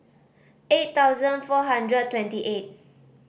eight thousand four hundred twenty eight